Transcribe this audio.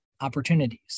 opportunities